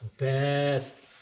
best